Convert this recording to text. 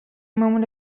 moment